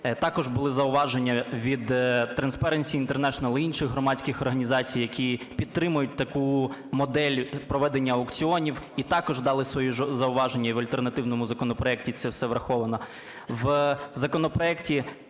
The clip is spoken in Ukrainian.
Також були зауваження від Transparency International, інших громадських організацій, які підтримують таку модель проведення аукціонів і також дали свої зауваження, в альтернативному законопроекті це все враховано. В законопроекті